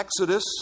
Exodus